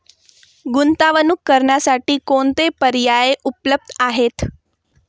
गुंतवणूक करण्यासाठी कोणते पर्याय उपलब्ध आहेत?